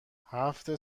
هفت